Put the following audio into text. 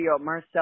Marcel